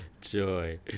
joy